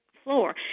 floor